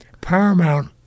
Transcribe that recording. Paramount